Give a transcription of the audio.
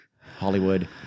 Hollywood